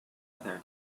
other